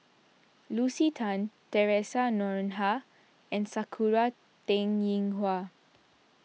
Lucy Tan theresa Noronha and Sakura Teng Ying Hua